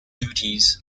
duties